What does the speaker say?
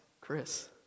Chris